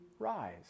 Rise